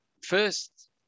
first